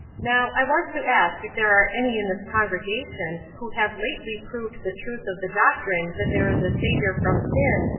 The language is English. now, i want to ask if there are any in this congregation who have lately proved the truth of the doctrine that there is a saviour from sin,